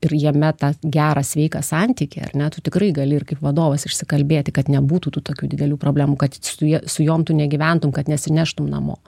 ir jame tą gerą sveiką santykį ar ne tu tikrai gali ir kaip vadovas išsikalbėti kad nebūtų tų tokių didelių problemų kad su ja su jom tu negyventum kad nesineštum namo